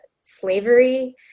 slavery